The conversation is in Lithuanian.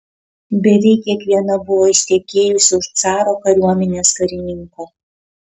beveik kiekviena buvo ištekėjusi už caro kariuomenės karininko